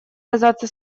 казаться